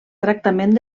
tractament